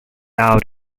out